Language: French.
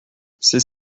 c’est